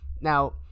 Now